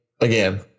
again